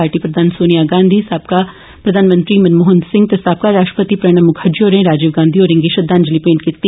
party प्रधान सोनियां गांधी साबका प्रधानमंत्री मनमोहन सिंह ते साबका राष्ट्रपति प्रणब मुखर्जी होरें राजीव गांधी होरेंगी श्रद्वांजली मेंट कीती